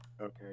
okay